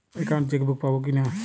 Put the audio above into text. Account chequebook পাবো কি না?